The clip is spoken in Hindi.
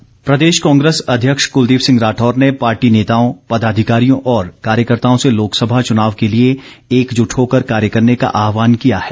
कुलदीप राठौर प्रदेश कांग्रेस अध्यक्ष क्लदीप सिंह राठौर ने पार्टी नेताओं पदाधिकारियों और कार्यकर्ताओं से लोकसभा चुनाव के लिए एकजुट होकर कार्य करने का आहवान किया है